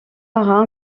marin